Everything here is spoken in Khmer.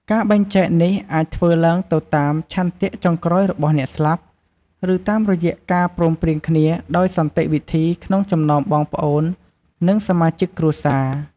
ការបែងចែកនេះអាចធ្វើឡើងទៅតាមឆន្ទៈចុងក្រោយរបស់អ្នកស្លាប់ ឬតាមរយៈការព្រមព្រៀងគ្នាដោយសន្តិវិធីក្នុងចំណោមបងប្អូន និងសមាជិកគ្រួសារ។